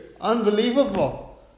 Unbelievable